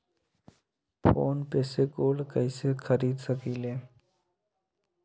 Phone पे से gold कईसे खरीद सकीले?